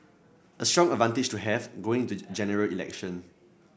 a strong advantage to have going into a General Election